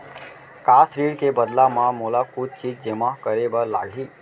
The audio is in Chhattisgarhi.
का ऋण के बदला म मोला कुछ चीज जेमा करे बर लागही?